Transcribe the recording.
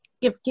give